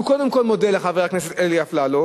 שהוא קודם כול מודה לחבר הכנסת אפללו,